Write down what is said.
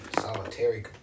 solitary